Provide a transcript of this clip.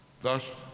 Thus